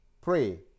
pray